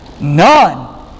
None